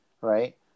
Right